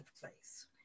place